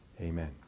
Amen